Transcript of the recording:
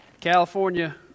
California